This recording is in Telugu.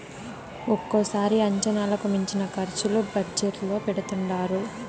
ఒక్కోసారి అంచనాలకు మించిన ఖర్చులు బడ్జెట్ లో పెడుతుంటారు